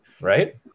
Right